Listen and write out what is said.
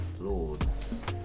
Lords